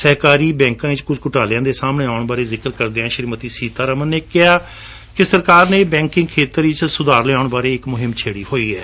ਸਹਿਕਾਰੀ ਬੈਕਾਂ ਵਿਚ ਕੁਝ ਘੁਟਾਲਿਆਂ ਦੇ ਸਾਹਮਣੇ ਆਅਣ ਬਾਰੇ ਜਿਕਰ ਕਰਦਿਆਂ ਸ੍ਰੀਮਤੀ ਸੀਤਾਰਮਨ ਨੇ ਕਿਹਾ ਕਿ ਸਰਕਾਰ ਨੇ ਬੈਂਕਿੰਗ ਖੇਤਰ ਵਿੱਚ ਸੁਧਾਰ ਲਿਆਉਣ ਬਾਰੇ ਇੱਕ ਮੁਹਿਮ ਛੇੜੀ ਹੋਈ ਹੈ